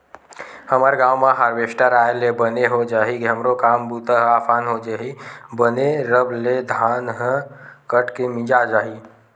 हमर गांव म हारवेस्टर आय ले बने हो जाही हमरो काम बूता ह असान हो जही बने रब ले धान ह कट के मिंजा जाही